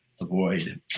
avoid